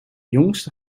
jongste